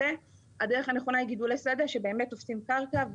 הדרך הנכונה היא גידולי שדה, שבאמת תופסים קרקע.